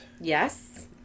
Yes